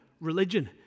religion